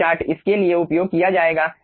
यह चार्ट इसके लिए उपयोग किया जाएगा